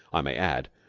i may add,